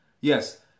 yes